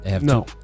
No